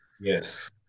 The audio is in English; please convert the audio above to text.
Yes